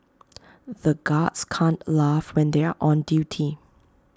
the guards can't laugh when they are on duty